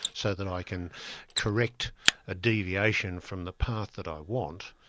so that i can correct a deviation from the path that i want,